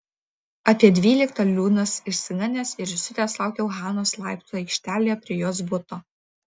apie dvyliktą liūdnas išsigandęs ir įsiutęs laukiau hanos laiptų aikštelėje prie jos buto